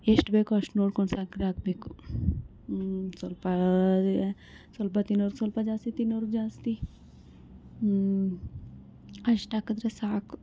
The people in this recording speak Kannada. ಎಷ್ಟು ಬೇಕೋ ಅಷ್ಟು ನೋಡ್ಕೊಂಡು ಸಕ್ರೆ ಹಾಕ್ಬೇಕು ಹ್ಞೂ ಸ್ವಲ್ಪ ಅದ ಸ್ವಲ್ಪ ತಿನ್ನೋರ್ಗೆ ಸ್ವಲ್ಪ ಜಾಸ್ತಿ ತಿನ್ನೋರ್ಗೆ ಜಾಸ್ತಿ ಹ್ಞೂ ಅಷ್ಟಾಕಿದ್ರೆ ಸಾಕು